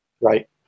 Right